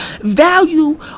value